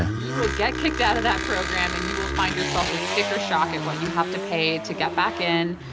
ah you will get kicked out of that program, and you will find yourself with sticker shock at what you have to pay to get back in.